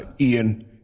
Ian